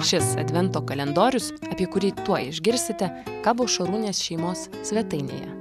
šis advento kalendorius apie kurį tuoj išgirsite kabo šarūnės šeimos svetainėje